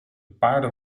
paarden